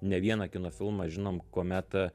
ne vieną kino filmą žinom kuomet